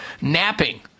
Napping